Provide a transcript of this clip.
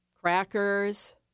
crackers